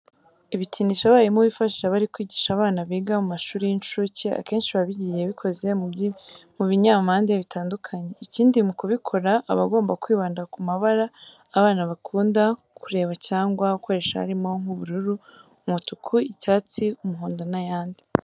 Ibikinisho abarimu bifashisha bari kwigisha abana biga mu mashuri y'incuke akenshi biba bigiye bikoze mu b'inyampande bitandukanye. Ikindi mu kubikora aba agomba kwibanda ku mabara abana bakunda kureba cyangwa gukoresha harimo nk'ubururu, umutuku, icyatsi, umuhondo n'ayandi.